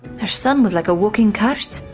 their son was like a walking curse.